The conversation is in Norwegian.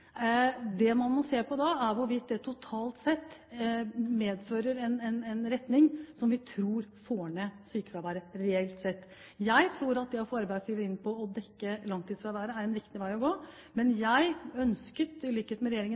Det man må se på da, er hvorvidt det totalt sett medfører en retning som vi tror får ned sykefraværet, reelt sett. Jeg tror at det å få arbeidsgiver med på å dekke langtidsfraværet er en riktig vei å gå, men jeg ønsket primært, i likhet med regjeringen,